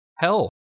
Hell